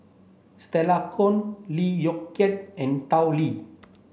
Stella Kon Lee Yong Kiat and Tao Li